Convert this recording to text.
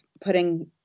putting